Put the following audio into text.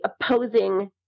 opposing